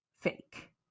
fake